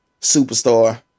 Superstar